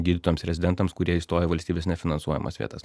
gydytojams rezidentams kurie įstoja į valstybės nefinansuojamas vietas